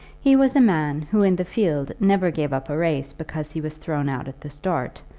he was a man who in the field never gave up a race because he was thrown out at the start,